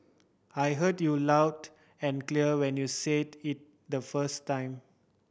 I heard you loud and clear when you said it the first time